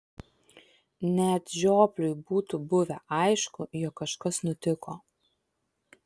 net žiopliui būtų buvę aišku jog kažkas nutiko